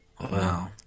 Wow